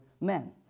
men